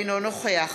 אינו נוכח